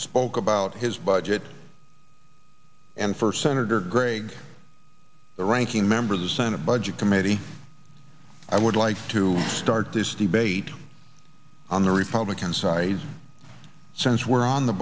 spoke about his budget and first senator gregg the ranking member of the senate budget committee i would like to start this debate on the republican side since we're